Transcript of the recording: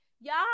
Y'all